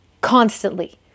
constantly